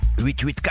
884